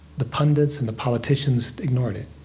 the pundits and the politicians ignored it,